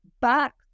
back